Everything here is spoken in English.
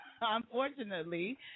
unfortunately